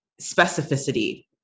specificity